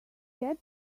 get